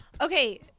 Okay